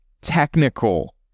technical